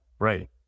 Right